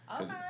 okay